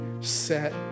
set